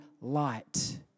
light